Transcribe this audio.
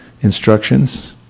instructions